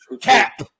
cap